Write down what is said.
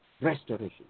restoration